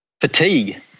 fatigue